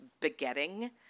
begetting